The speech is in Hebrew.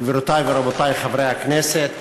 גבירותי ורבותי חברי הכנסת,